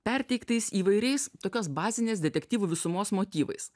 perteiktais įvairiais tokios bazinės detektyvų visumos motyvais